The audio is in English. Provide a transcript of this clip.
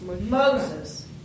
Moses